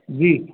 जी